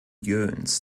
jöns